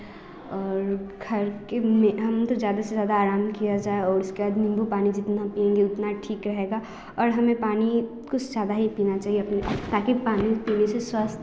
और घर के में हम तो ज़्यादा से ज़्यादा आराम किया जाए उसके बाद नींबू पानी जितना पिएँगे उतना ठीक रहेगा और हमें पानी कुछ ज़्यादा ही पीना चाहिए अपने ताकि पानी पीने से स्वास्थ्य